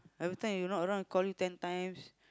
every time you not around call you ten times